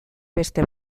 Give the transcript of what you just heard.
beste